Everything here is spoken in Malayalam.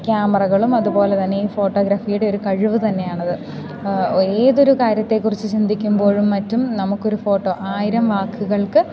ക്യാമറകളും അതുപോലെതന്നെ ഈ ഫോട്ടോഗ്രഫിയുടെ ഒരു കഴിവ് തന്നെയാണത് ഏതൊരു കാര്യത്തെക്കുറിച്ച് ചിന്തിക്കുമ്പോഴും മറ്റും നമുക്കൊരു ഫോട്ടോ ആയിരം വാക്കുകൾക്ക്